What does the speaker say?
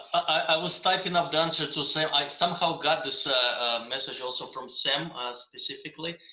i was typing up the answer to say i somehow got this ah message also from sam um specifically,